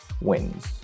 wins